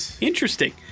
Interesting